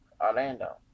Orlando